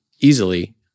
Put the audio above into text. easily